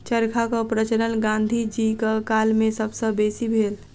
चरखाक प्रचलन गाँधी जीक काल मे सब सॅ बेसी भेल